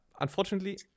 unfortunately